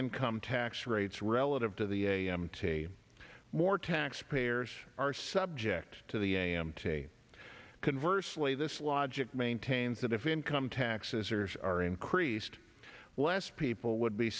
income tax rates relative to the a m t more tax payers are subject to the am today conversely this logic maintains that if income taxes are are increased less people would be